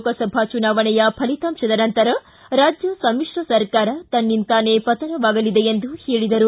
ಲೋಕಸಭಾ ಚುನಾವಣೆಯ ಫಲಿತಾಂಶದ ನಂತರ ರಾಜ್ಯ ಸಮಿಶ್ರ ಸರ್ಕಾರ ತನ್ನಿಂತಾನೆ ಪತನವಾಗಲಿದೆ ಎಂದು ಹೇಳದರು